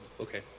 okay